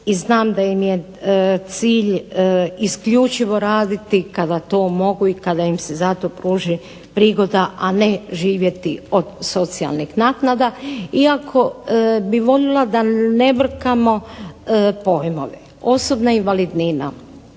i znam da im je cilj isključivo raditi kada to mogu i kad im se za to pruži prigoda, a ne živjeti od socijalnih naknada. Iako bih molila da ne brkamo pojmove. Osobna invalidnina,